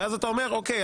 ואז אתה אומר: אוקיי,